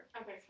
Okay